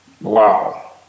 Wow